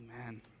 Amen